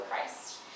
Christ